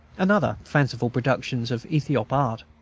and other fanciful productions of ethiop art.